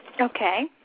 Okay